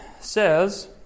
says